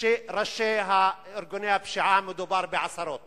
שבראש ארגוני הפשיעה מדובר בעשרות